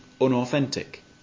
unauthentic